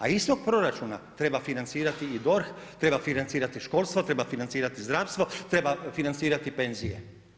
A iz tog proračuna treba financirati i DORH, treba financirati i školstvo, treba financirati zdravstvo, treba financirati penzije.